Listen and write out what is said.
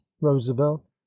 Roosevelt